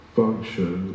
function